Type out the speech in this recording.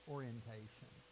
Orientation